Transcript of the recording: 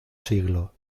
siglo